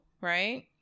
right